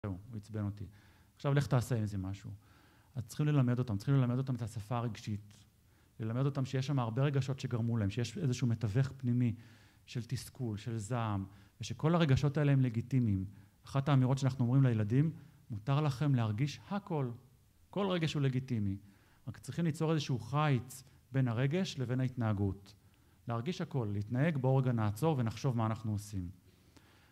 זהו, הוא עצבן אותי. עכשיו לך תעשה עם זה משהו. אז צריך ללמד אותם, צריכים ללמד אותם את השפה הרגשית. ללמד אותם שיש שם הרבה רגשות שגרמו להם, שיש איזשהו מתווך פנימי של תסכול, של זעם, ושכל הרגשות האלה הן לגיטימיים. אחת האמירות שאנחנו אומרים לילדים, מותר לכם להרגיש הכל. כל רגש הוא לגיטימי. רק צריכים ליצור איזשהו חיץ בין הרגש לבין ההתנהגות. להרגיש הכל, להתנהג בוא רגע הנעצור ונחשוב מה אנחנו עושים.